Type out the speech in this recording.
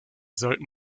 sollten